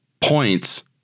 Points